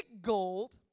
gold